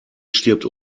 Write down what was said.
stirbt